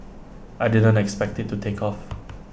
I didn't expect IT to take off